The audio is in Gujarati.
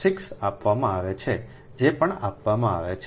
6 આપવામાં આવે છે જે પણ આપવામાં આવે છે